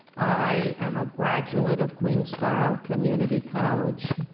i am a graduate of queensborough community college.